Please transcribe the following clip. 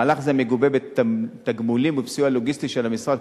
מהלך זה מגובה בתגמולים ובסיוע לוגיסטי של המשרד,